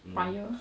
mm